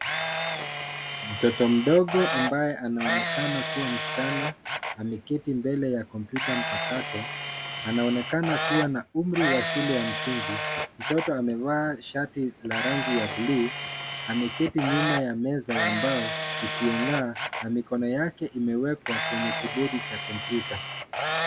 Mtoto mdogo ambaye anaonekana kuwa msichana ameketi mbele ya kompyuta mpakato. Anaonekana kuwa na umri wa shule ya msingi. Mtoto amevaa shati la rangi ya blue ameketi nyuma ya meza ya mbao isiyong'aa na mikono yake imewekwa kwenye kibodi cha kompyuta.